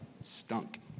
stunk